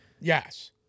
Yes